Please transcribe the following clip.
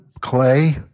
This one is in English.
Clay